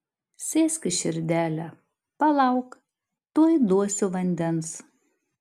sėskis širdele palauk tuoj duosiu vandens